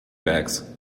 bags